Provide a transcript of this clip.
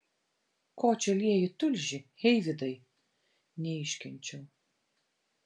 ko čia lieji tulžį eivydai neiškenčiau